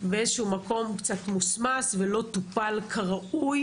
באיזשהו מקום קצת מוסמס ולא טופל כראוי,